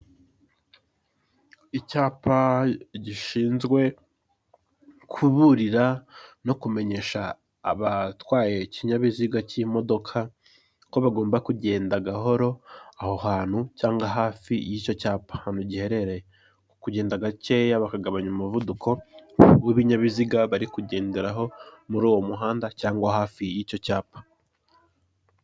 Icyapa gishizwe kuburira no kumenyesha abatwaye ikinyabiziga cy'imodoka ko bagomba kugenda gahoro, aho hantu cyangwa hafi y'icyo cyapa ahnatu giherereye, kugenda gakeya bakagabanya umuvuduko w'ibinyabiziga bari kugenderaho, muri uwo muhanda cyangwa afi y'icyo cyapa.